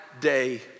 day